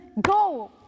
go